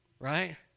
Right